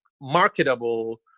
marketable